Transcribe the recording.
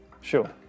Sure